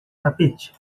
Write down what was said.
tapete